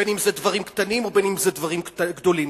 אם בדברים קטנים ואם בדברים גדולים,